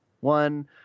one